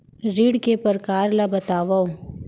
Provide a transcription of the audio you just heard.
ऋण के परकार ल बतावव?